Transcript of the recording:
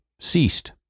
ceased